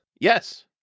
Yes